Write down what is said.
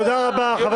הכול